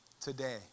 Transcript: today